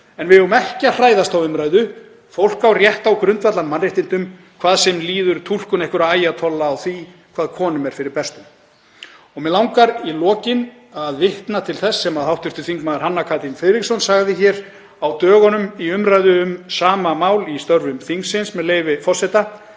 en við eigum ekki að hræðast þá umræðu, fólk á rétt á grundvallarmannréttindum hvað sem líður túlkun einhverra „ayatollah“ á því hvað konum er fyrir bestu. Mig langar í lokin að vitna til þess sem hv. þm. Hanna Katrín Friðriksson sagði hér á dögunum í umræðu um sama mál í störfum þingsins, með leyfi forseta: